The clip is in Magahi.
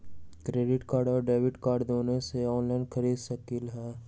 क्रेडिट कार्ड और डेबिट कार्ड दोनों से ऑनलाइन खरीद सकली ह?